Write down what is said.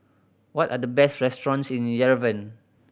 what are the best restaurants in Yerevan